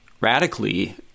radically